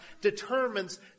determines